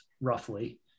roughly